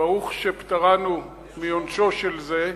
"ברוך שפטרנו מעונשו של זה",